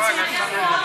טוב, לא משנה.